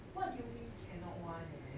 what do you mean cannot [one] leh